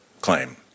claim